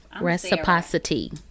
reciprocity